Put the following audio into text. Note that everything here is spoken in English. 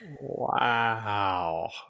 Wow